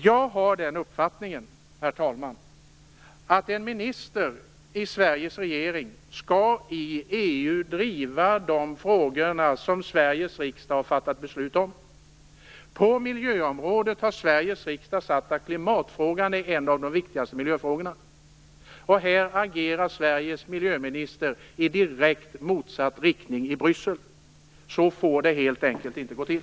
Jag har uppfattningen, herr talman, att en minister i Sveriges regering i EU skall driva de frågor som Sveriges riksdag har fattat beslut om. På miljöområdet har Sveriges riksdag sagt att klimatfrågan är en av de viktigaste frågorna. Men här agerar Sveriges miljöminister i direkt motsatt riktning i Bryssel. Så får det helt enkelt inte gå till!